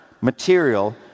material